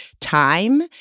time